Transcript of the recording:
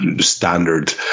Standard